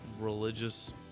religious